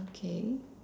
okay